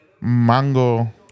mango